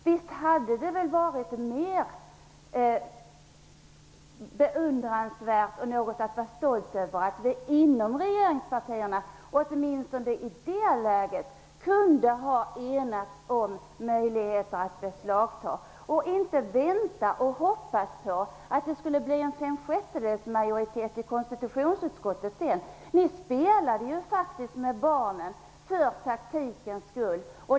Visst hade det varit mera beundransvärt och något att vara stolt över om vi inom regeringspartierna, åtminstone i det läget, hade kunnat enats om möjligheter att beslagta i stället för att vänta och hoppas på att det skulle bli en fem sjättedels majoritet i konstitutionsutskottet. Ni spelade med barnen för taktikens skull.